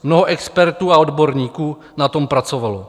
Mnoho expertů a odborníků na tom pracovalo.